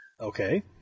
Okay